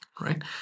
Right